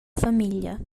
famiglia